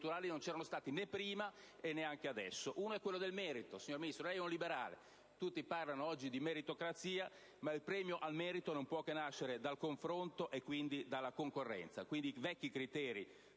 non erano mai esistiti. Uno è quello del merito. Signor Ministro, lei è un liberale. Oggi tutti parlano di meritocrazia, ma il premio al merito non può che nascere dal confronto e quindi dalla concorrenza. Pertanto, i vecchi criteri